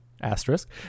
asterisk